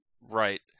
Right